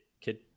kid